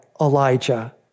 Elijah